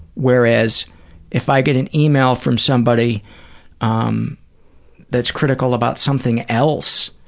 whereas if i get an email from somebody um that's critical about something else,